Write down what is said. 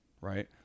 right